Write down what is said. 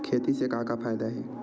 खेती से का का फ़ायदा हे?